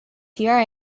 here